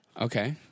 Okay